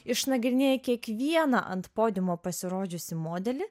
išnagrinėję kiekvieną ant podiumo pasirodžiusį modelį